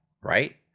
right